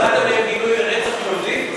שמעת מהם גינוי לרצח יהודים?